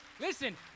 Listen